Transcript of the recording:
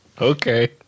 Okay